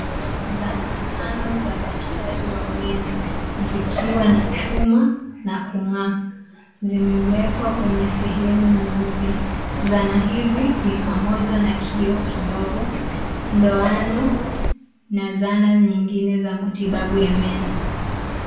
Zana tano za daktari wa meno zikiwa na chuma na kungaa zimewekwa kwenye sehemu nyeupe. Zana hizi ni pamoja na kioo kidogo, ndoano na zana zingine za matibabu ya meno.